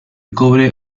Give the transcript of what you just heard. cobre